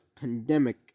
pandemic